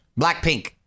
Blackpink